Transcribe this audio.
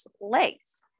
legs